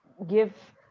give